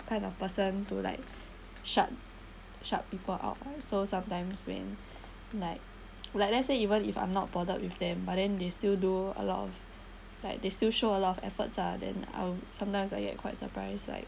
kind of person to like shut shut people out so sometimes when like like let's say even if I'm not bothered with them but then they still do a lot of like they still show a lot of efforts ah then I'll sometimes I get quite surprised like